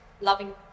loving